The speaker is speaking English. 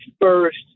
first